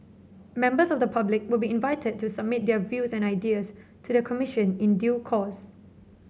members of the public will be invited to submit their views and ideas to the Commission in due course